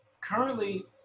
currently